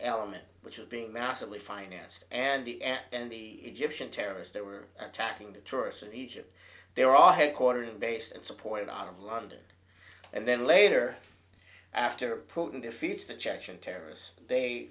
element which was being massively financed and the and the egyptian terrorists that were attacking the tourists in egypt there are headquartered in base and supported out of london and then later after putin defeats the che